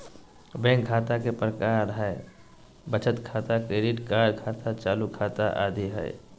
bank खता के प्रकार हइ बचत खाता, क्रेडिट कार्ड खाता, चालू खाता आदि हइ